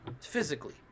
Physically